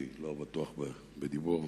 כי, לא בטוח בדיבור.